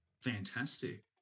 fantastic